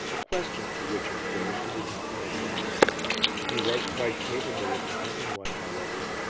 a question to which, of course, he did not know the answer he was quite capable of inventing one, however,